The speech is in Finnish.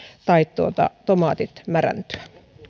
tai tomaatit mädäntyä